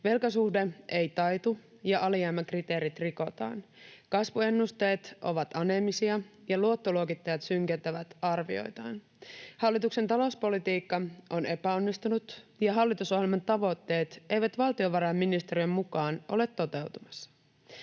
velkasuhde ei taitu ja alijäämäkriteerit rikotaan. Kasvuennusteet ovat aneemisia, ja luottoluokittajat synkentävät arvioitaan. Hallituksen talouspolitiikka on epäonnistunut, ja hallitusohjelman tavoitteet eivät valtiovarainministeriön mukaan ole toteutumassa.